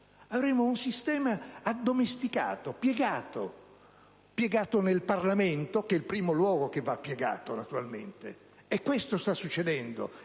Italia, un sistema addomesticato e piegato nel Parlamento, che è il primo luogo che va piegato, naturalmente. Questo sta succedendo